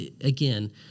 Again